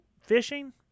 fishing